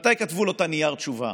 תודה רבה,